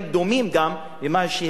במה שהזכרת,